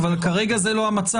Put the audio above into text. אבל כרגע זה לא המצב,